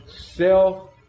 Self